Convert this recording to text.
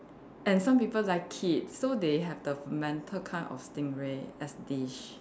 and some people like it so they have the manta kind of stingray as dish